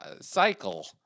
cycle